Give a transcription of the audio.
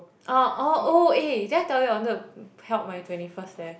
uh eh oh eh did I tell you I wanted to held my twenty first there